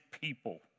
people